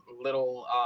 little